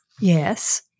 yes